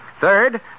Third